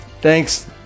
Thanks